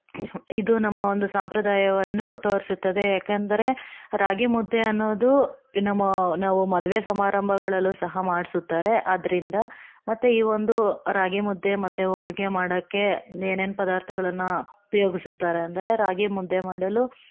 ಇದು ನಮ್ಮ ಒಂದು ಸಂಪ್ರದಾಯವನ್ನು ತೋರಿಸುತ್ತದೆ ಏಕೆಂದರೆ ರಾಗಿ ಮುದ್ದೆ ಅನ್ನೋದು ನಮ್ಮ ನಾವು ಮದುವೆ ಸಮಾರಂಭಗಳಲ್ಲೂ ಸಹ ಮಾಡಿಸುತ್ತಾರೆ ಆದ್ದರಿಂದ ಮತ್ತು ಈ ಒಂದು ರಾಗಿ ಮುದ್ದೆ ಮತ್ತು ಹೋಳ್ಗೆ ಮಾಡೋಕ್ಕೆ ಇನ್ನೂ ಏನೇನು ಪದಾರ್ಥಗಳನ್ನು ಉಪಯೋಗಿಸುತ್ತಾರೆ ಅಂದರೆ ರಾಗಿ ಮುದ್ದೆ ಮಾಡಲು